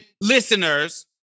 listeners